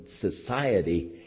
society